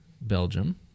Belgium